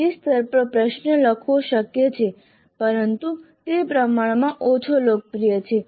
અરજી સ્તર પર પ્રશ્ન લખવો શક્ય છે પરંતુ તે પ્રમાણમાં ઓછો લોકપ્રિય છે